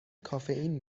کافئین